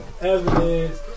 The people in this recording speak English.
evidence